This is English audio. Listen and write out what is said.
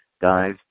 guys